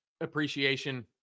appreciation